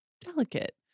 delicate